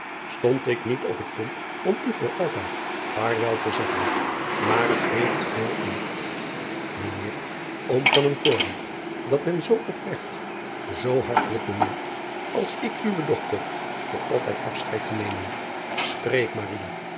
tond ik niet op het punt om u voor altijd vaarwel te zeggen aar het heeft veel in mijn eer om van een voorwerp driaan oosjes zn et leven van aurits ijnslager dat men zoo opregt zoo hartelijk bemint ak ik uwe dochter voor altijd afscheid te nemen preek